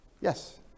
Yes